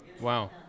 Wow